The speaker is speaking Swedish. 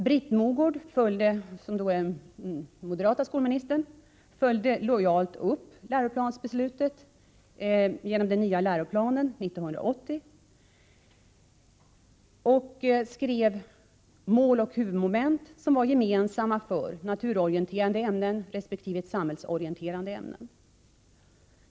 Britt Mogård, den moderata skolministern, följde lojalt upp läroplansbeslutet genom den nya läroplanen 1980 och skrev mål och huvudmoment som var gemensamma för naturorienterande resp. samhällsorienterande ämnen.